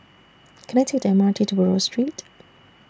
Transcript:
Can I Take The M R T to Buroh Street